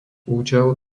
účel